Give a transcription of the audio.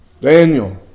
Daniel